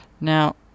now